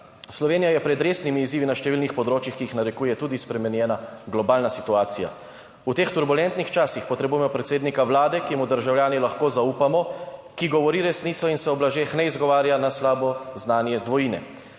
Slovenija je pred resnimi izzivi na številnih področjih, ki jih narekuje tudi spremenjena globalna situacija. V teh turbulentnih časih potrebujemo predsednika Vlade, ki mu državljani lahko zaupamo, ki govori resnico in se v lažeh ne izgovarja na slabo znanje dvojine.